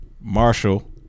Marshall